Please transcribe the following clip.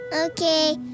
Okay